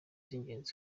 z’ingenzi